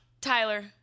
Tyler